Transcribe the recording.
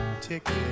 ticket